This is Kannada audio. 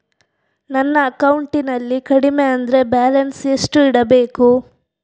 ನನ್ನ ಅಕೌಂಟಿನಲ್ಲಿ ಕಡಿಮೆ ಅಂದ್ರೆ ಬ್ಯಾಲೆನ್ಸ್ ಎಷ್ಟು ಇಡಬೇಕು?